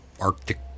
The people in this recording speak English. Arctic